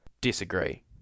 Disagree